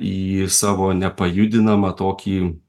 į savo nepajudinamą tokį